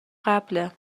قبله